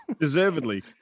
deservedly